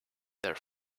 their